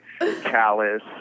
callous